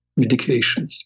medications